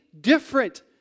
different